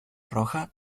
roja